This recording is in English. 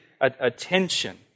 attention